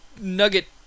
Nugget